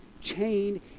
chained